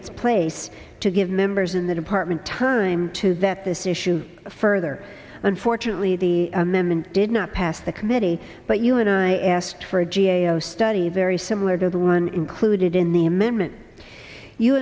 its place to give members in the department time to that this issue further unfortunately the amendment did not pass the committee but you and i asked for a g a o study their e similar to the one included in the amendment you